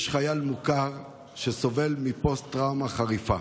יש חייל מוכר שסובל מפוסט-טראומה חריפה.